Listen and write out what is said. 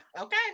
okay